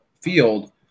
field